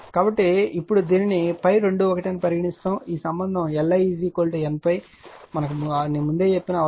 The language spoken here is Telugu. కాబట్టి ఇప్పుడు దీనిని ∅21 అని పరిగణి స్తాము ఈ సంబంధం L I N ∅ అవసరమని నేను ముందే చెప్పానని మీకు తెలుసు